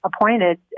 appointed